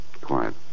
Quiet